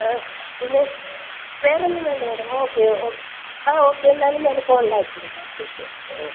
ആ പിന്നെ വേറൊന്നും വേണ്ട മേഡം ഓക്കെ ആ ഓക്കെ എന്നാൽ ഞാൻ കോൺടാക്ട് തരാം ഓക്കെ ഓക്കെ ഓക്കെ ഓക്കെ